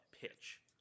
pitch